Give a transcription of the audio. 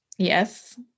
Yes